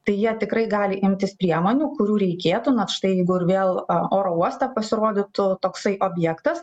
tai jie tikrai gali imtis priemonių kurių reikėtų nat štai jeigu ir vėl oro uoste pasirodytų toksai objektas